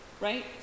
right